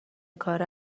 کار